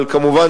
אבל כמובן,